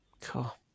Cool